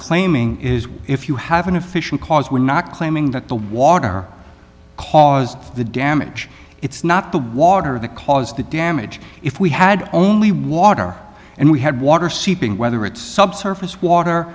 claiming is if you have an official cause we're not claiming that the water caused the damage it's not the water the cause the damage if we had only water and we had water seeping whether it's subsurface water